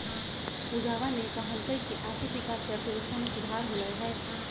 पूजावा ने कहल कई की आर्थिक विकास से अर्थव्यवस्था में सुधार होलय है